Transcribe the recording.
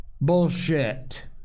bullshit